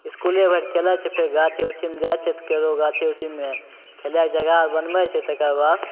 इसकुले भरि खेलै छै फेर गाछी उछीमे जाइ छै ककरो गाछी उछीमे खेलैके जगह आर बनबै छै तकर बाद